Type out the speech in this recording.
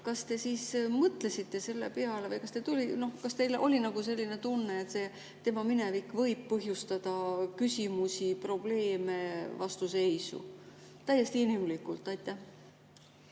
kas te mõtlesite selle peale või kas teil oli selline tunne, et tema minevik võib põhjustada küsimusi, probleeme, vastuseisu? Täiesti inimlikult. Aitäh!